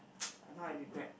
but now I regret